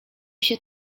się